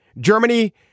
Germany